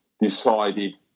decided